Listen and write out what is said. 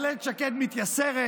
אבל אילת שקד מתייסרת,